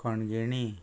खणगिणी